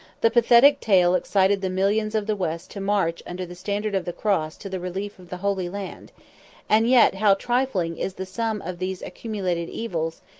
the pathetic tale excited the millions of the west to march under the standard of the cross to the relief of the holy land and yet how trifling is the sum of these accumulated evils,